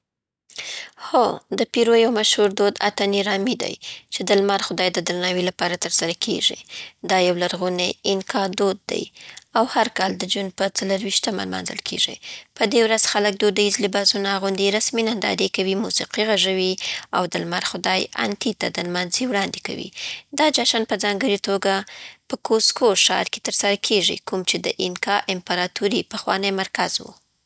هو، د پیرو یو مشهور دود انتې رامي دی، چې د لمر خدای د درناوي لپاره ترسره کېږي. دا یو لرغونی اینکا دود دی او هر کال د جون په څلېرويشتمه لمانځل کېږي. په دې ورځ، خلک دودیز لباسونه اغوندي، رسمې نندارې کوي، موسیقي غږوي، او د لمر خدای انتې ته نمانځنې وړاندې کوي. دا جشن په ځانګړې توګه په کوزکو ښار کې ترسره کېږي، کوم چې د اینکا امپراتورۍ پخوانی مرکز و.